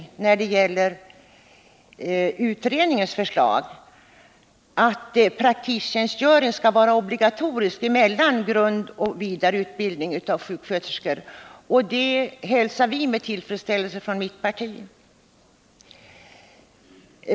ning av sjuksköterskor. Det hälsar vi med tillfredsställelse från mitt parti.